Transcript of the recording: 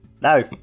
No